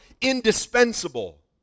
indispensable